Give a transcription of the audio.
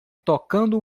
tocando